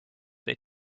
they